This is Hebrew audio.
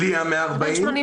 בלי ה-140 מיליון שקלים,